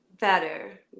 better